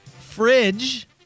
Fridge